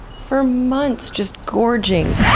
for months! just gorging,